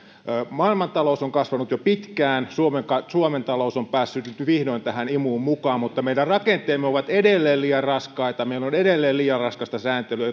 maailmantalous on kasvanut jo pitkään suomen suomen talous on päässyt nyt vihdoin tähän imuun mukaan mutta meidän rakenteemme ovat edelleen liian raskaita meillä on edelleen liian raskasta sääntelyä